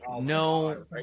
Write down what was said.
No